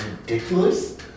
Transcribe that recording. ridiculous